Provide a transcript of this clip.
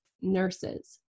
nurses